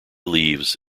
leaves